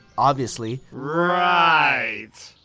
obviously. right.